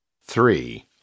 Three